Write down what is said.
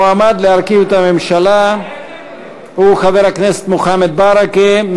המועמד להרכיב את הממשלה הוא חבר הכנסת מוחמד ברכה.